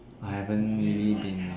I haven't really been